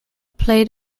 played